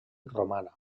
romana